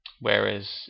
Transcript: Whereas